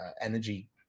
energy